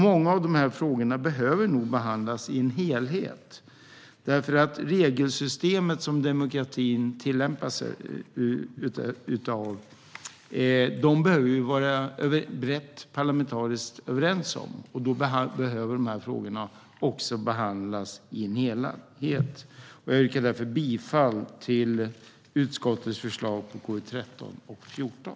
Många av de här frågorna behöver nog behandlas i en helhet, då vi behöver vara brett parlamentariskt överens om det regelsystem som demokratin tillämpar. Jag yrkar därför bifall till utskottets förslag i betänkandena KU13 och KU14.